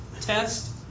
test